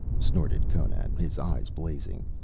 snorted conan, his eyes blazing.